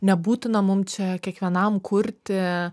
nebūtina mum čia kiekvienam kurti